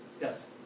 Yes